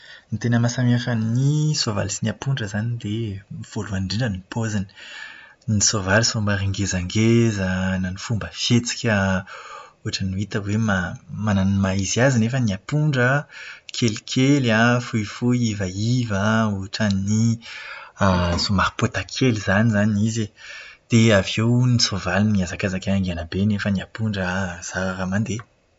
Ny tena mahasamihafa ny soavaly sy ny ampondra izany dia voalohany indrindra dia ny paoziny. Ny soavaly somary ngezangeza, na ny fomba fihetsika ohatran'ny hita hoe ma- manana ny maha-izy azy nefa ny ampondra kelikely an, fohifohy, ivaiva ohatran'ny somary pôta kely izany izany izy e. Dia avy eo ny soavaly miazakazaka haingana be nefa ny ampondra zara raha mandeha.